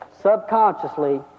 subconsciously